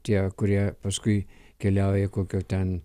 tie kurie paskui keliauja kokio ten